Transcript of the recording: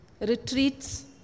retreats